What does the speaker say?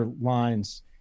lines